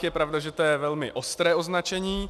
Je pravda, že to je velmi ostré označení.